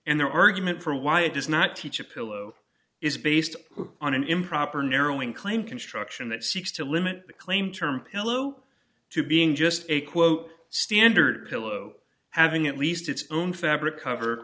and their argument for why it does not teach a pillow is based on an improper narrowing claim construction that seeks to limit the claim term pillow to being just a quote standard pillow having at least its own fabric cover